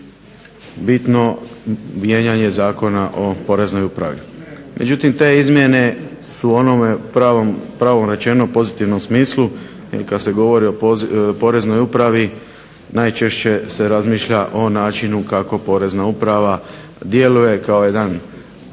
birtno mijenjanje Zakona o poreznoj upravi. Međutim te izmjene su u onome pravo rečeno pozitivnom smislu jer kada se govori o Poreznoj upravi najčešće se razmišlja o načinu kako o Porezna uprava djeluje kao jedan